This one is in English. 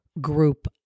group